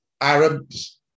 Arabs